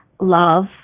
love